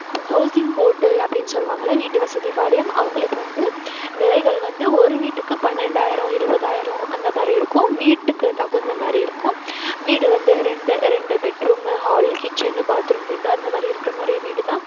இப்போது housing board அப்படின்னு சொல்லுவாங்கல்ல வீட்டு வசதி வாரியம் அவங்களுக்கு வந்து விலைகள் வந்து ஒரு வீட்டுக்கு பன்னெண்டாயிரம் இருபதாயிரம் அந்தமாதிரி இருக்கும் வீட்டுக்குத் தகுந்தமாதிரி இருக்கும் வீடு வந்து ரெண்டு ரெண்டு பெட்ரூமு ஹால் கிச்சனு பாத்ரூம் ரெண்டு அந்தமாதிரி இருக்கிற மாதிரி வீடு தான்